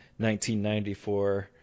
1994